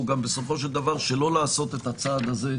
בסופו של דבר שלא לעשות את הצעד הזה,